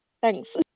thanks